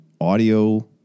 audio